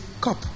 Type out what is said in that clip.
cup